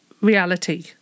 reality